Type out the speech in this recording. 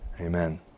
Amen